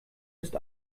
ist